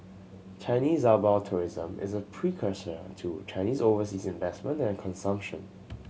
Chinese outbound tourism is a precursor to Chinese overseas investment and consumption